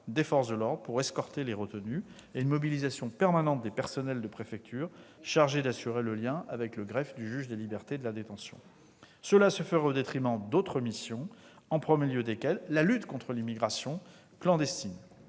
des forces de l'ordre pour escorter les retenus et une mobilisation permanente des personnels de préfecture chargés d'assurer le lien avec le greffe du juge des libertés et de la détention. Cela se ferait au détriment d'autres missions, au premier rang desquelles la lutte contre l'immigration clandestine.